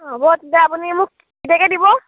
হ'ব তেতিয়া আপুনি মোক কেতিয়াকৈ দিব